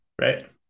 right